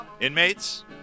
Inmates